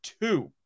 two